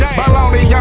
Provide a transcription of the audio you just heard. baloney